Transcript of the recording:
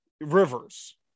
rivers